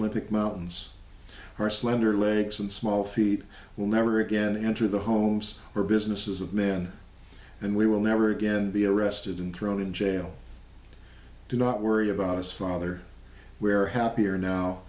olympic mountains our slender legs and small feet will never again enter the homes or businesses of men and we will never again be arrested and thrown in jail do not worry about us father where happier now